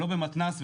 לא במתנ"ס,